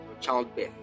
childbirth